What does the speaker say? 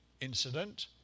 incident